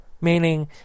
Meaning